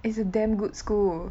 is a damn good school